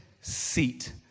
seat